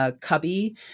Cubby